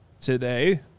today